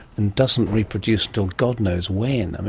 and doesn't reproduce until god knows when.